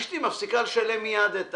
אשתי מפסיקה לשלם מייד את